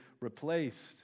replaced